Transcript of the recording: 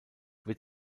wird